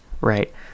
right